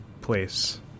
place